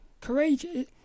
courageous